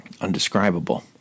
undescribable